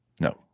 No